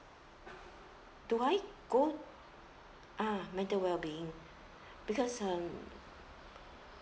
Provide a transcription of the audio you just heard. do I go ah mental wellbeing because um